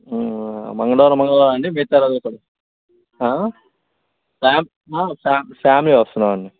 మంగళవారం మంగళవారం అండి మిగతా రోజులు కూడా ఫ్యా ఫ్యామిలీ వస్తుందండి